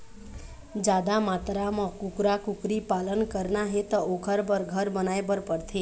जादा मातरा म कुकरा, कुकरी पालन करना हे त ओखर बर घर बनाए बर परथे